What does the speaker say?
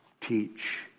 teach